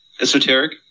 esoteric